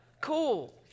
cool